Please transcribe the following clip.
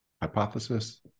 hypothesis